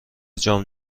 جام